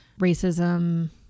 racism